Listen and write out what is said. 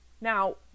Now